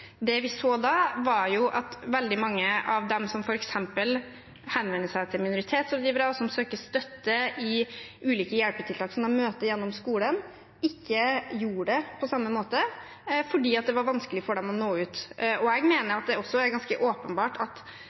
Det vi så da, var at veldig mange av dem som f.eks. henvender seg til minoritetsrådgivere, som søker støtte i ulike hjelpetiltak som de møter gjennom skolen, ikke gjorde det på samme måte, fordi det var vanskelig for dem å nå ut. Jeg mener at det er ganske åpenbart at